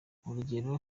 urugero